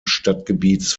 stadtgebiets